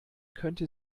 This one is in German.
könnte